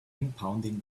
impounding